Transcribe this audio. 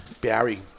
barry